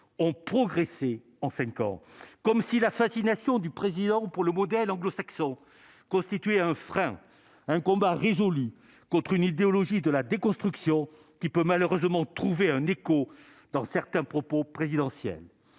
ont progressé en 5 ans, comme si la fascination du président pour le modèle anglo-saxon, constituer un frein, un combat résolu contre une idéologie de la déconstruction qui peut malheureusement trouvé un écho dans certains propos présidentiels